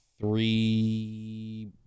three